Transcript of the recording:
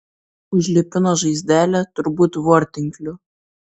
užlipino žaizdelę turbūt vortinkliu